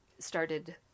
started